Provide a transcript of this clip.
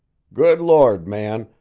good lord, man,